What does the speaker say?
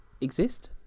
exist